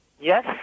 Yes